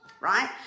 right